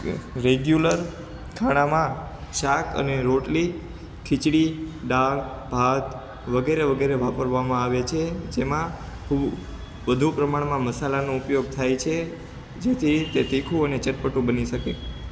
regular ખાણામાં શાક અને રોટલી ખિચડી દાળ ભાત વગેરે વગેરે વાપરવામાં આવે છે જેમાં ખુબ વધુ પ્રમાણમાં મસાલાનો ઉપયોગ થાયે છે જેથી તે તીખું અને ચટપટું બની શકે